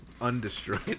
undestroyed